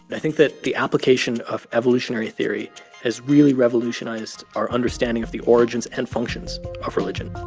i think that the application of evolutionary theory has really revolutionized our understanding of the origins and functions of religion